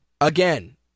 Again